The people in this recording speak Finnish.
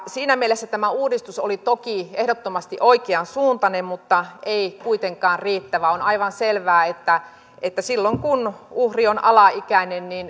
siinä mielessä tämä uudistus oli toki ehdottomasti oikean suuntainen mutta ei kuitenkaan riittävä on aivan selvää että että silloin kun uhri on alaikäinen